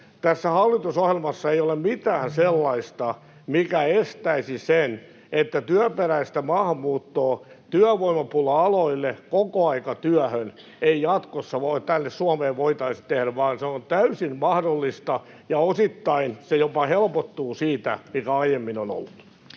Tässä hallitusohjelmassa ei ole mitään sellaista, mikä estäisi niin, että työperäistä maahanmuuttoa työvoimapula-aloille kokoaikatyöhön ei jatkossa tänne Suomeen voitaisi tehdä, vaan se on täysin mahdollista, ja osittain se jopa helpottuu siitä, mitä aiemmin on ollut.